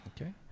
Okay